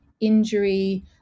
injury